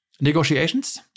negotiations